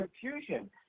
confusion